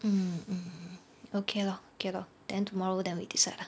mm mm okay lor okay lor then tomorrow then we decide lah